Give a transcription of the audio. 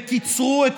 וקיצרו את